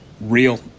real